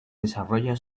desarrolla